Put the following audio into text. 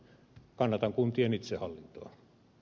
kannatan kuntien itsehallintoa